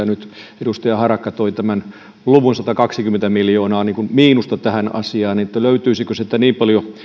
nyt edustaja harakka toi tämän luvun satakaksikymmentä miljoonaa miinusta tähän ja sen löytyisikö sieltä niin paljon